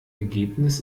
ergebnis